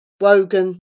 Wogan